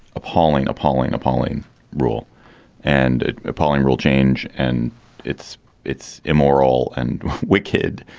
appalling, appalling, appalling rule and appalling rule change. and it's it's immoral and wicked.